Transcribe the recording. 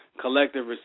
collective